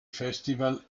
festival